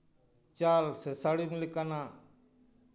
ᱪᱟᱞ ᱥᱮ ᱥᱟᱹᱲᱤᱢ ᱞᱮᱠᱟᱱᱟᱜ